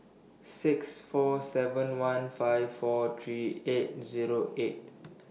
six four seven one five four three eight Zero eight